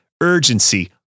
Urgency